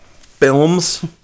films